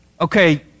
okay